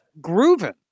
grooving